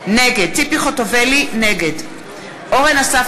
נגד אורן אסף